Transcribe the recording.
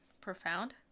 profound